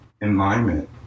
alignment